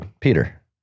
Peter